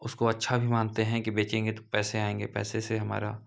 उसको अच्छा भी मानते हैं कि बेचेंगे तो पैसे आएँगे पैसे से हमारा